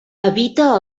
habita